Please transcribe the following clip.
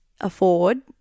afford